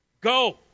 go